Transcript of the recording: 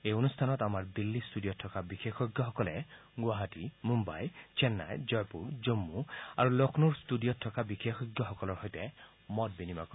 এই অনুষ্ঠানত আমাৰ দিল্লীৰ টুডিঅ'ত থকা বিশেষজ্ঞসকলে গুৱাহাটী মুম্বাই চেন্নাই জয়পুৰ জন্মু আৰু লক্ষ্ণৌৰ ষ্টুডিঅত থকা বিশেষজ্ঞসকলৰ সৈতে মত বিনিময় কৰিব